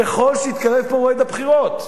ככל שיתקרב פה מועד הבחירות.